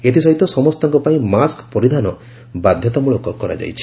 ଏଥିସହିତ ସମସ୍ତଙ୍କ ପାଇଁ ମାସ୍କ୍ ପରିଧାନ ବାଧ୍ୟତା ମୂଳକ କରାଯାଇଛି